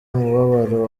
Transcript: umubabaro